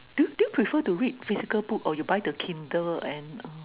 do do you prefer to read physical book or you buy the Kindle and uh